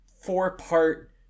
four-part